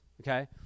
okay